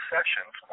Sessions